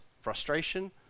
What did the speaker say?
frustration